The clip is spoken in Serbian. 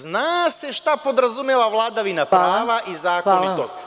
Zna se šta podrazumeva vladavina prava i zakonitost.